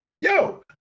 Yo